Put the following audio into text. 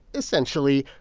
essentially,